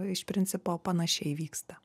iš principo panašiai vyksta